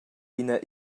ina